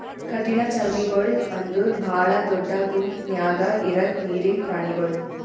ಕಠಿಣಚರ್ಮಿಗೊಳ್ ಅಂದುರ್ ಭಾಳ ದೊಡ್ಡ ಗುಂಪ್ ನ್ಯಾಗ ಇರದ್ ನೀರಿನ್ ಪ್ರಾಣಿಗೊಳ್